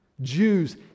Jews